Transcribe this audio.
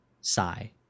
sigh